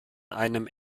einem